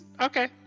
Okay